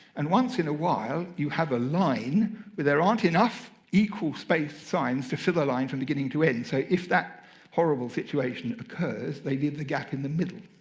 and once in a while, you have a line where there aren't enough equal spaced signs to fill a line from beginning to end. so if that horrible situation occurs, they leave the gap in the middle.